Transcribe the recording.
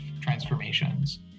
transformations